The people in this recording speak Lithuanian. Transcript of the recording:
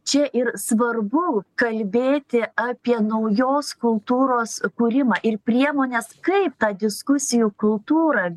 čia ir svarbu kalbėti apie naujos kultūros kūrimą ir priemones kaip tą diskusijų kultūrą